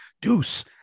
deuce